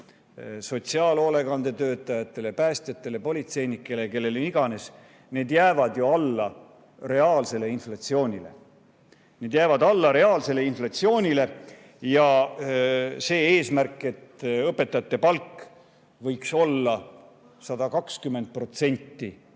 sotsiaalhoolekande töötajatele, päästjatele, politseinikele või kellele iganes, jäävad alla reaalsele inflatsioonile. Need jäävad alla reaalsele inflatsioonile, ja eesmärk, et õpetajate palk võiks olla 120% Eesti